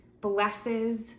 blesses